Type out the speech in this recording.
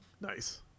Nice